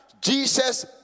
Jesus